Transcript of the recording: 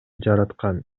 жараткан